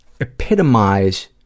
epitomize